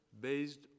based